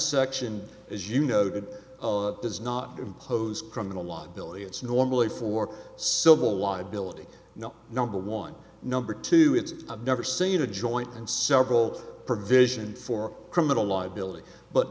section as you noted of does not impose criminal liability it's normally for civil liability now number one number two it's never seen a joint and several provision for criminal liability but